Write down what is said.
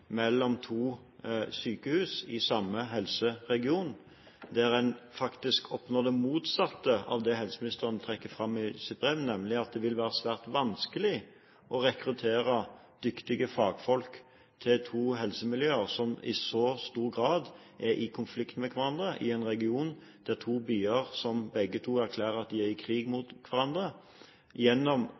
mellom to sykehus i samme helseregion, der en faktisk oppnår det motsatte av det helseministeren trekker fram i sitt brev, nemlig at det vil være svært vanskelig å rekruttere dyktige fagfolk til to helsemiljøer som i så stor grad er i konflikt med hverandre, i en region der to byer erklærer at de er i krig med hverandre? Gjennom